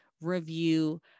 review